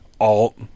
Alt